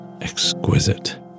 exquisite